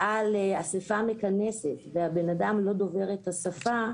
על אסיפה מכנסת והבן אדם לא דובר את השפה,